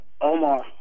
Omar